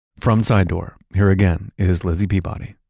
from sidedoor, here again, is lizzie peabody